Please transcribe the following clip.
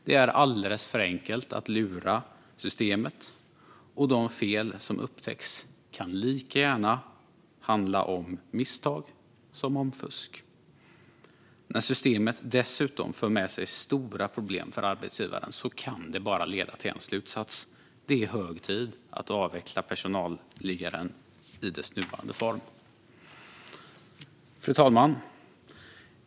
Det är alldeles för enkelt att lura systemet, och de fel som upptäcks kan lika gärna handla om misstag som om fusk. När systemet dessutom för med sig stora problem för arbetsgivaren kan det bara leda till en slutsats, nämligen att det är hög tid att avveckla personalliggaren i dess nuvarande form. Fru talman!